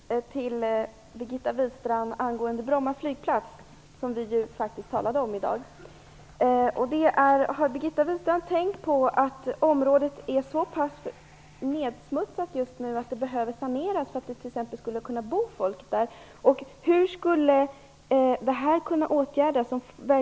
Herr talman! Jag vill bara ställa ett par frågor till Birgitta Wistrand angående Bromma flygplats, som vi faktiskt har talat om i dag. Har Birgitta Wistrand tänkt på att området är så pass nedsmutsat att det behöver saneras för att det skulle kunna bo folk där?